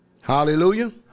Hallelujah